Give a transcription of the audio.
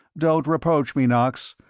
don't reproach me, knox.